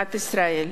במדינת ישראל.